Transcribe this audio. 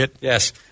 Yes